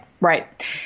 right